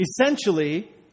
Essentially